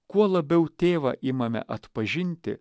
kuo labiau tėvą imame atpažinti